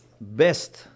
best